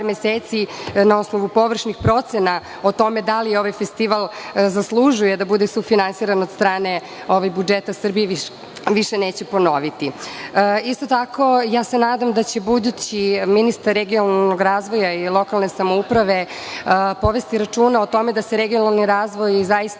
meseci, na osnovu površnih procena, da li ovaj festival zaslužuje da bude sufinansiran od strane budžeta Srbije, više neće ponoviti. Isto tako, nadam se da će budući ministar regionalnog razvoja i lokalne samouprave povesti računa o tome da se regionalni razvoj zaista